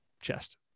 chest